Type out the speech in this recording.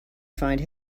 find